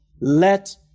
Let